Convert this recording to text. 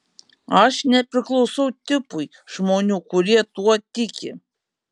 aš nepriklausau tipui žmonių kurie tuo tiki